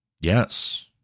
Yes